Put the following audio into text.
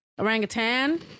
Orangutan